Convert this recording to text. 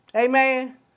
Amen